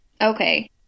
Okay